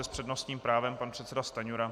S přednostním právem pan předseda Stanjura.